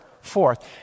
forth